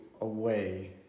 away